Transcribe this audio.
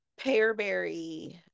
Pearberry